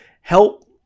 help